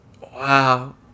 Wow